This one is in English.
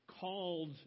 called